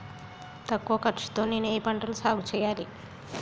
తక్కువ ఖర్చు తో నేను ఏ ఏ పంటలు సాగుచేయాలి?